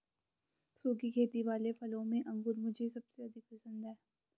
सुखी खेती वाले फलों में अंगूर मुझे सबसे अधिक पसंद है